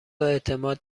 اعتماد